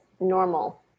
normal